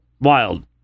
wild